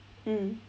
mm